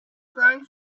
growing